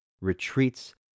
retreats